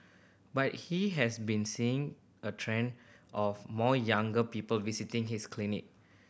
but he has been seeing a trend of more younger people visiting his clinic